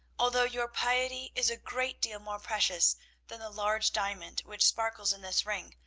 although your piety is a great deal more precious than the large diamond which sparkles in this ring,